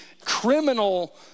criminal